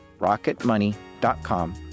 Rocketmoney.com